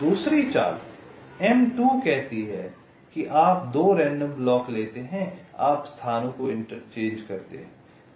दूसरी चाल M2 कहती है कि आप दो रैंडम ब्लॉक लेते हैं आप स्थानों को इंटरचेंज करते हैं